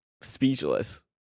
speechless